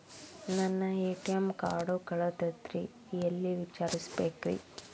ನನ್ನ ATM card ಕಳದದ್ರಿ ಎಲ್ಲಿ ವಿಚಾರಿಸ್ಬೇಕ್ರಿ?